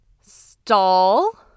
stall